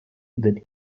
that